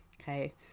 Okay